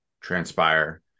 transpire